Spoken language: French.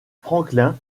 franklin